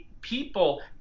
people